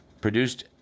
produced